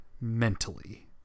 mentally